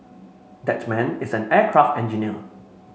that man is an aircraft engineer